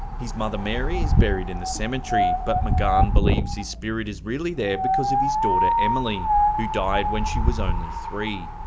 his mother mary is buried in the cemetery, but magann believes his spirit is really there because of his daughter emily, who died when she was only three.